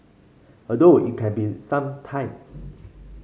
although it can be some times